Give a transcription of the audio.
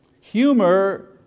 Humor